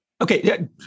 Okay